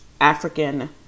African